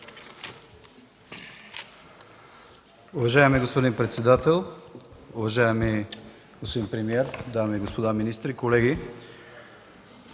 Уважаеми господин председател, уважаеми господин премиер, дами и господа министри, колеги!